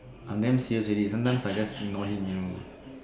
I'm damn serious already sometimes I just ignore him you know